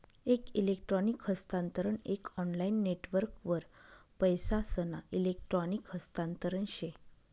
एक इलेक्ट्रॉनिक हस्तांतरण एक ऑनलाईन नेटवर्कवर पैसासना इलेक्ट्रॉनिक हस्तांतरण से